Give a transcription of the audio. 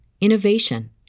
innovation